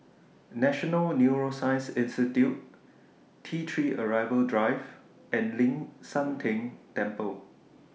National Neuroscience Institute T three Arrival Drive and Ling San Teng Temple